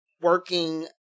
working